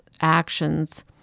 actions